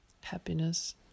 Happiness